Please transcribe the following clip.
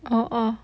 ah ah